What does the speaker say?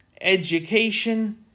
education